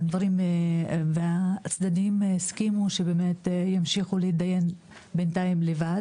והצדדים הסכימו שימשיכו להתדיין לבד,